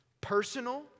Personal